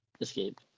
escape